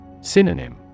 Synonym